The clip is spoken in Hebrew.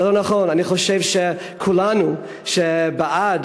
אני חושב שכולנו שבעד